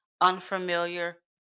unfamiliar